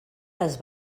les